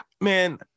man